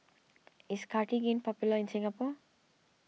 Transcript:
is Cartigain popular in Singapore